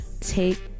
take